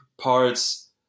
parts